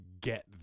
get